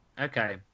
Okay